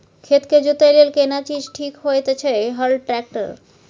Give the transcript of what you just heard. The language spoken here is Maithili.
खेत के जोतय लेल केना चीज ठीक होयत अछि, हल, ट्रैक्टर?